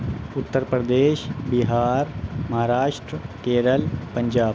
Uttar Pradesh Bihar Maharashtra Kerala Punjab